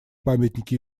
памятники